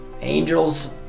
angels